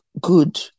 good